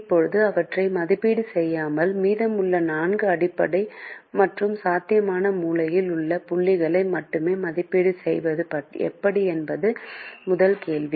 இப்போது அவற்றை மதிப்பீடு செய்யாமல் மீதமுள்ள நான்கு அடிப்படை மற்றும் சாத்தியமான மூலையில் உள்ள புள்ளிகளை மட்டுமே மதிப்பீடு செய்வது எப்படி என்பது முதல் கேள்வி